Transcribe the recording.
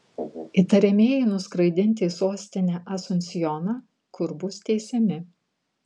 įtariamieji nuskraidinti į sostinę asunsjoną kur bus teisiami